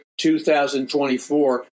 2024